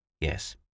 Yes